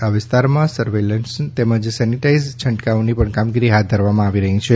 આ વિસ્તારમાં સર્વેલન્સની તેમજ સેનિટાઇઝ છંટકાવની પણ કામગીરી હાથ ધરવામાં આવી રહી છે